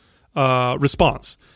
response